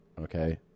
okay